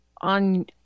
on